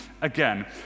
again